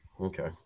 Okay